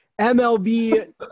MLB